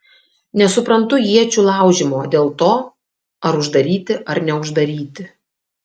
nesuprantu iečių laužymo dėl to ar uždaryti ar neuždaryti